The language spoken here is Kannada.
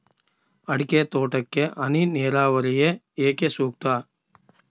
ಅಡಿಕೆ ತೋಟಕ್ಕೆ ಹನಿ ನೇರಾವರಿಯೇ ಏಕೆ ಸೂಕ್ತ?